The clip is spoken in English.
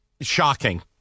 Shocking